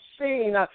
seen